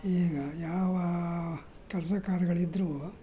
ಈಗ ಯಾವ ಕೆಲಸ ಕಾರ್ಯಗಳಿದ್ರೂ